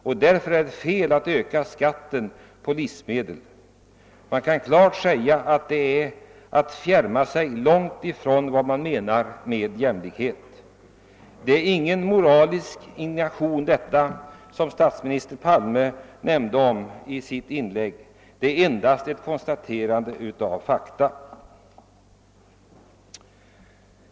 Det är därför fel att höja skatten på livsmedel — det är att fjärma sig från vad som menas med jämlikhet. Detta konstaterande är inget uttryck för moralisk indignation, som statsminister Palme talade om, utan det är endast ett konstaterande av fakta.